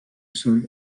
sol